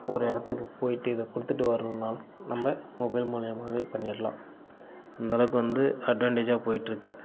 ஒரு இடத்துக்கு போயிட்டு இதை கொடுத்துட்டு வரணுனால் நம்ம மொபைல் மூலிமாவே பண்ணிடுலாம் அந்தளவுக்கு வந்து அட்வான்டேஜாக போயிட்டிருக்கு